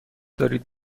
دارید